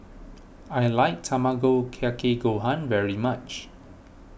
I like Tamago Kake Gohan very much